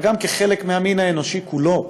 אבל גם כחלק מהמין האנושי כולו,